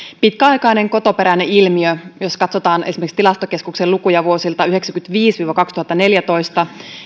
pitkäaikainen kotoperäinen ilmiö jos katsotaan esimerkiksi tilastokeskuksen lukuja vuosilta tuhatyhdeksänsataayhdeksänkymmentäviisi viiva kaksituhattaneljätoista